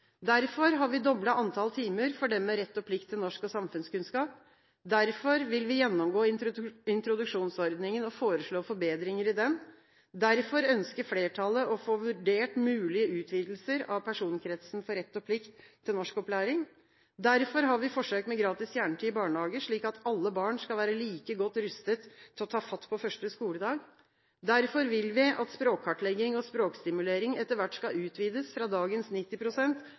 Derfor har vi doblet antall timer for dem med rett og plikt til norsk og samfunnskunnskap. Derfor vil vi gjennomgå introduksjonsordningen og foreslå forbedringer i den. Derfor ønsker flertallet å få vurdert mulige utvidelser av personkretsen for rett og plikt til norskopplæring. Derfor har vi forsøk med gratis kjernetid i barnehage, slik at alle barn skal være like godt rustet til å ta fatt på første skoledag. Derfor vil vi at språkkartlegging og språkstimulering etter hvert skal utvides fra dagens